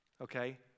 Okay